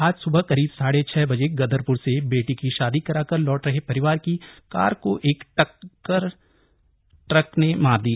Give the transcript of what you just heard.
आज सुबह करीब साढ़े छह बजे गदरपुर से बेटी की शादी कराकर लौट रहे परिवार की कार को एक ट्रक ने टक्कर मार दी